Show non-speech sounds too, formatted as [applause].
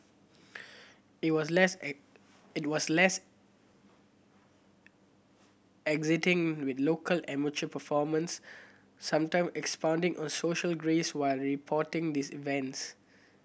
it was less [unintelligible] it was less exacting with local amateur performance sometime expounding on social grace while reporting these events